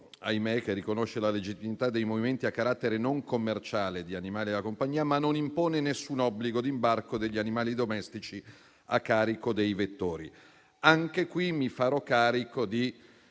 ahimè, riconosce la legittimità dei movimenti a carattere non commerciale di animali da compagnia, ma non impone alcun obbligo di imbarco degli animali domestici a carico dei vettori. Anche qui, mi farò carico di